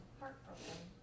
heartbroken